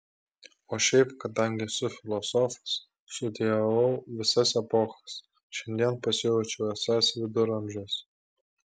o šiaip kadangi esu filosofas studijavau visas epochas šiandien pasijaučiau esąs viduramžiuose